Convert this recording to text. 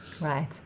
Right